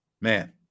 man